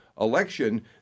election